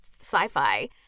sci-fi